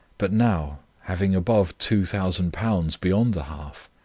but now, having above two thousand pounds beyond the half,